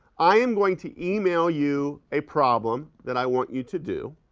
i am going to email you a problem that i want you to do,